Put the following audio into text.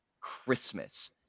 Christmas